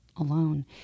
alone